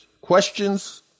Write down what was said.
questions